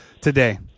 today